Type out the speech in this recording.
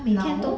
now